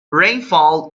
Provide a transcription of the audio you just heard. rainfall